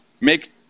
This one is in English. make